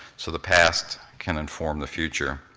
so the past can inform the future.